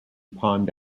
pond